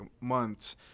months